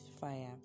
fire